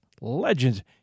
Legends